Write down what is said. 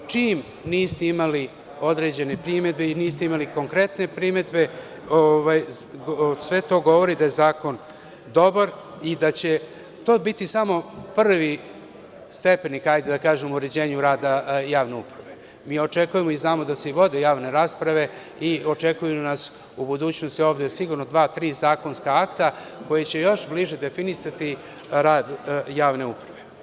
Čim niste imali određene primedbe i niste imali konkretne primedbe, sve to govori da je zakon dobar i da će to biti samo prvi stepenik u uređenju rada javnog, a mi očekujemo i znamo da se vode javne rasprave i očekuju nas u budućnosti dva ili tri zakonska akta koji će još bliže definisati rad javni.